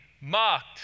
mocked